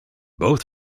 both